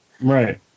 Right